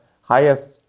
highest